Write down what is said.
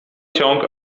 ciąg